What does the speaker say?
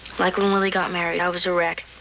like when willie got married i was a wreck.